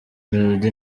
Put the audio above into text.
melody